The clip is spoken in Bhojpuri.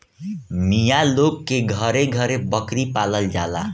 मिया लोग के घरे घरे बकरी पालल जाला